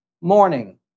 Morning